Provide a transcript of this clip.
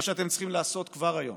מה שאתם צריכים לעשות כבר היום